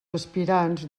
aspirants